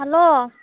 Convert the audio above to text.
hello